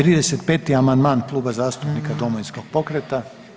35. amandman Kluba zastupnika Domovinskog pokreta.